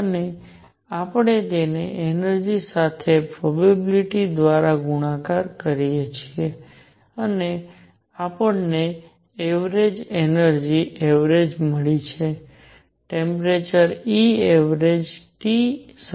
અને આપણે તેને એનર્જિ સાથેની પ્રોબેબીલીટી દ્વારા ગુણાકાર કરીએ છીએ અને આપણને એવરેજ એનર્જિ એવરેજ મળી છે ટેમ્પરેચર E એવરેજ T